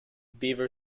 beaver